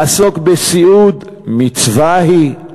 לעסוק בסיעוד, מצווה היא,